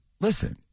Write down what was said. listen